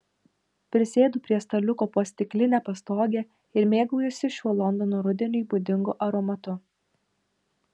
prisėdu prie staliuko po stikline pastoge ir mėgaujuosi šiuo londono rudeniui būdingu aromatu